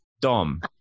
Dom